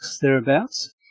thereabouts